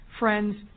friends